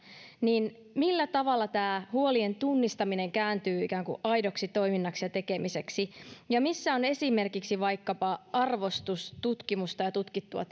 millä tavalla tämä huolien tunnistaminen kääntyy ikään kuin aidoksi toiminnaksi ja tekemiseksi missä on esimerkiksi vaikkapa arvostus tutkimusta ja tutkittua